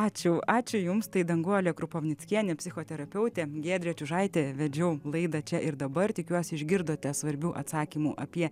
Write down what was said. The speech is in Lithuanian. ačiū ačiū jums tai danguolė krupovnickienė psichoterapeutė giedrė čiužaitė vedžiau laidą čia ir dabar tikiuosi išgirdote svarbių atsakymų apie